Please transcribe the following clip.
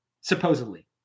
supposedly